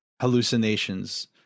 hallucinations